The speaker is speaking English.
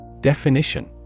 Definition